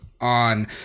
on